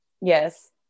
yes